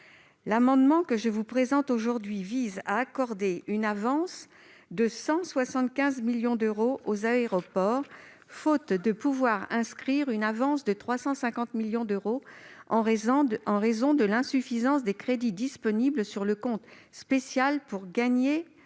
L'amendement que je vous présente aujourd'hui vise à accorder une avance de 175 millions d'euros aux aéroports, faute de pouvoir la porter à 350 millions d'euros, en raison de l'insuffisance des crédits disponibles sur le compte spécial pour gager